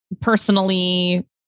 personally